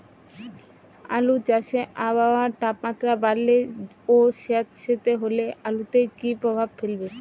আলু চাষে আবহাওয়ার তাপমাত্রা বাড়লে ও সেতসেতে হলে আলুতে কী প্রভাব ফেলবে?